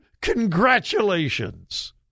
congratulations